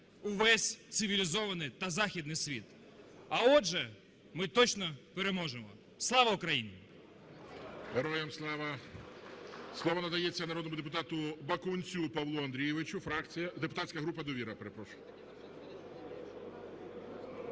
увесь цивілізований та західний звіт, а отже, ми точно переможемо. Слава Україні! ГОЛОВУЮЧИЙ. Героям слава! Слово надається народному депутату Бакунцю Павлу Андрійовичу, фракція, депутатська група "Довіра", перепрошую.